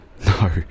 No